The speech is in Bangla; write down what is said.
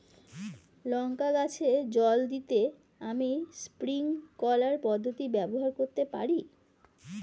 লঙ্কা গাছে জল দিতে আমি স্প্রিংকলার পদ্ধতি ব্যবহার করতে পারি?